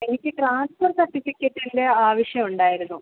എനിക്ക് ട്രാൻസ്ഫർ സർട്ടിഫിക്കറ്റിൻ്റെ ആവശ്യമുണ്ടായിരുന്നു